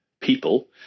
people